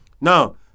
Now